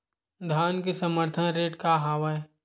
धान के समर्थन रेट का हवाय?